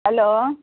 hello